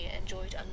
enjoyed